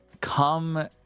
come